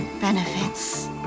benefits